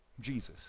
Jesus